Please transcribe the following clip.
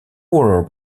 waller